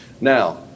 Now